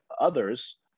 others